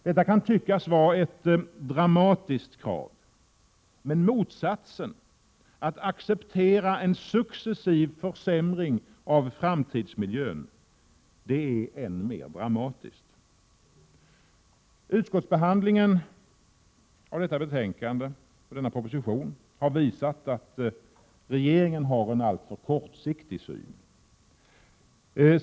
Detta kan tyckas vara ett dramatiskt krav, men motsatsen — att acceptera en successiv försämring av framtidsmiljön — är än mer dramatisk! Utskottsbehandlingen av denna proposition har visat att regeringen har en alltför kortsiktig syn.